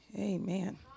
Amen